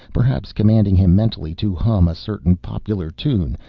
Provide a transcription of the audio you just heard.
perhaps commanding him mentally to hum a certain popular tune,